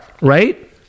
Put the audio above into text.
right